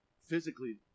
physically